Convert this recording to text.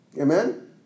Amen